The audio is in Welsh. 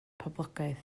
poblogaidd